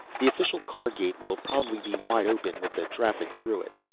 the official car gate will probably be wide open with the traffic through it.